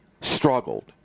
struggled